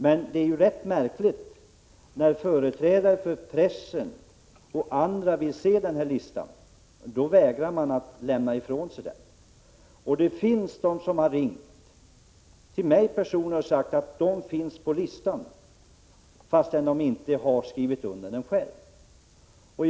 Men det är ju rätt märkligt att när företrädare för pressen och andra vill se listan vägrar man att lämna ifrån sig den. Och det finns personer som har ringt till mig och sagt att de står på listan fastän de inte har skrivit på den själva.